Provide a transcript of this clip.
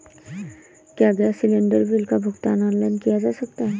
क्या gas cylinder bill का भुगतान ऑनलाइन किया जा सकता है?